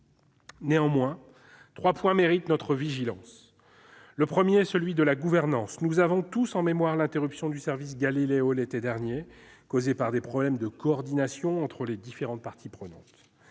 Néanmoins, trois points méritent notre vigilance. Le premier est celui de la gouvernance. Nous avons tous en mémoire l'interruption de service de Galileo l'été dernier, causée par des problèmes de coordination entre les différentes parties prenantes.